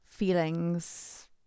Feelings